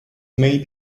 may